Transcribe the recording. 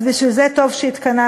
אז בשביל זה טוב שהתכנסנו,